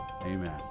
amen